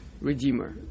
Redeemer